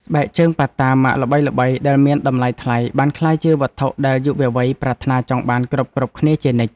ស្បែកជើងប៉ាតាម៉ាកល្បីៗដែលមានតម្លៃថ្លៃបានក្លាយជាវត្ថុដែលយុវវ័យប្រាថ្នាចង់បានគ្រប់ៗគ្នាជានិច្ច។